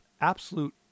absolute